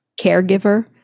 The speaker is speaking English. caregiver